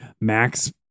Max